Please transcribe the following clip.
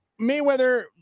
mayweather